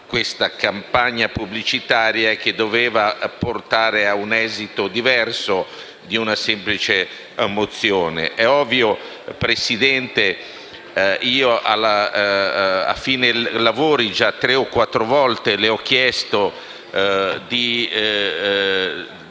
questa campagna pubblicitaria che doveva portare ad un esito diverso da una semplice mozione. Presidente, in interventi di fine seduta già tre o quattro volte le ho chiesto di